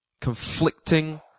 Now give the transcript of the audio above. Conflicting